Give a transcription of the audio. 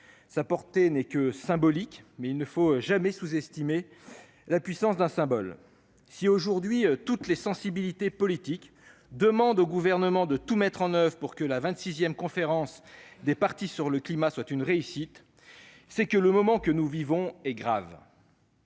sa portée n'est que symbolique, mais il ne faut jamais sous-estimer la puissance d'un symbole. Si aujourd'hui toutes les sensibilités politiques demandent au Gouvernement de tout mettre en oeuvre pour que la vingt-sixième conférence des parties sur le climat soit une réussite, c'est parce que le moment que nous vivons est grave.